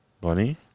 Bunny